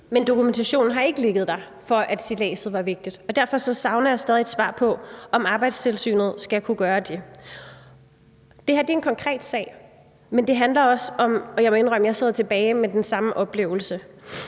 Men dokumentationen for, at stilladset var sikkert, har ikke ligget der. Derfor savner jeg stadig et svar på, om Arbejdstilsynet skal kunne gøre det. Det her er en konkret sag, og jeg må indrømme, at jeg sidder tilbage med den oplevelse